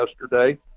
yesterday